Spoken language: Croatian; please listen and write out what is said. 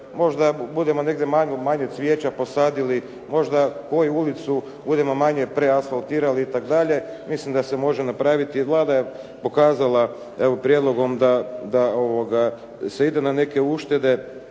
možda budemo negdje manje cvijeća posadili, možda neku ulicu manje preasvalitrati itd. mislim da se može napraviti jel Vlada je pokazala ovim prijedlogom da se ide na neke uštede.